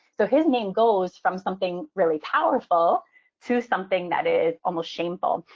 so his name goes from something really powerful to something that is almost shameful.